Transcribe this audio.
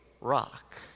rock